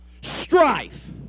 strife